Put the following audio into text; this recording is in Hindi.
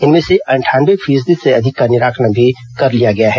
इनमें से अंठानवे फीसदी से अधिक का निराकरण भी कर लिया गया है